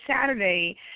Saturday